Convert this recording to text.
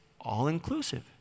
all-inclusive